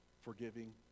forgiving